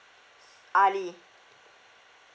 ali